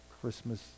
Christmas